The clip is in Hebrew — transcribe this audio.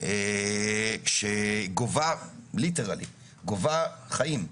שגובה ליטרלי, גובה חיים.